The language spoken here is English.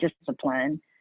discipline